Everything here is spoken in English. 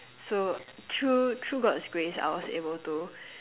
so through through God's Grace I was able to